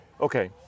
okay